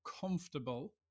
comfortable